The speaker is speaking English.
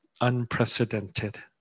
unprecedented